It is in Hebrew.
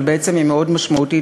אבל בעצם היא מאוד משמעותית,